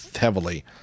heavily